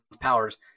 powers